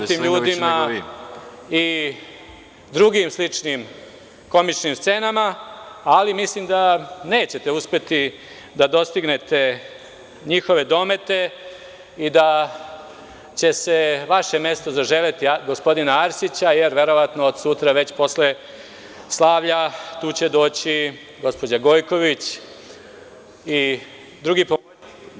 žutim ljudima i drugim sličnim komičnim scenama, ali mislim da nećete uspeti da dostignete njihove domete i da će se vaše mesto zaželeti gospodina Arsića, jer verovatno od sutra, već posle slavlja, tu će doći gospođa Gojković i drugi…